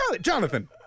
Jonathan